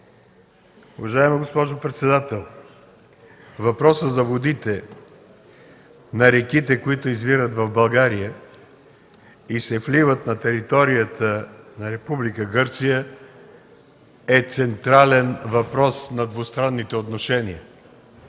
Уважаема госпожо председател, въпросът за водите на реките, които извират в България и се вливат на територията на Република Гърция, е централен въпрос на двустранните отношения.